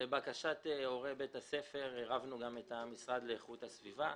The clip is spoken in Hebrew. לבקשת הורי בית הספר עירבנו גם את המשרד להגנת הסביבה.